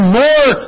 more